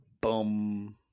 Boom